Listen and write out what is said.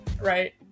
right